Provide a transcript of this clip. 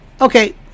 Okay